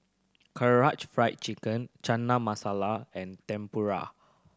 Karaage Fried Chicken Chana Masala and Tempura